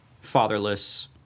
fatherless